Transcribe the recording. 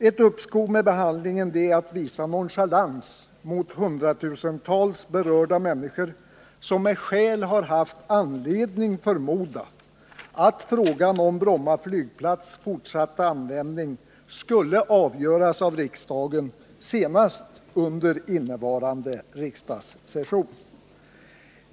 Ett uppskov med behandlingen är att visa nonchalans mot hundratusentals berörda människor som har haft anledning förmoda att frågan om den fortsatta användningen av Bromma flygplats skulle avgöras av riksdagen senast under innevarande riksdagssession.